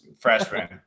Freshman